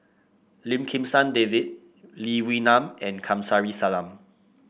Lim Kim San David Lee Wee Nam and Kamsari Salam